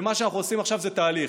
ומה שאנחנו עושים עכשיו זה תהליך.